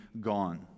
gone